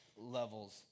levels